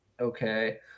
okay